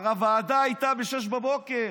הוועדה כבר הייתה ב-06:00.